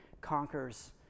conquers